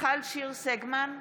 מיכל שיר סגמן,